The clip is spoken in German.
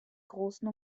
großen